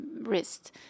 wrist